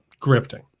grifting